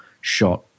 shot